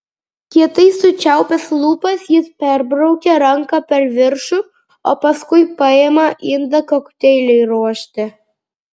kietai sučiaupęs lūpas jis perbraukia ranka per viršų o paskui paima indą kokteiliui ruošti